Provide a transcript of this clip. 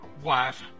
wife